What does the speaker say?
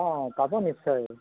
অ' পাব নিশ্চয়